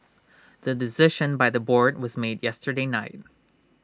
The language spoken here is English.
the decision by the board was made yesterday night